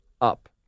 up